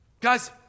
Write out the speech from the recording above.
Guys